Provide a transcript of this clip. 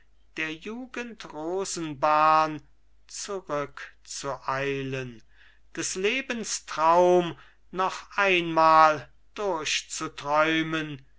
der jugend rosenbahn zurückzueilen des lebens traum noch einmal durchzuträumen